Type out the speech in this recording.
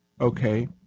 Okay